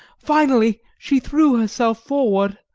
finally, she threw herself forward,